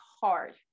hard